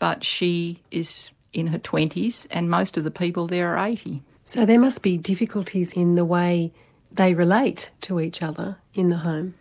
but she is in her twenty s and most of the people there are eighty. so there must be difficulties in the way they relate to each other in the home?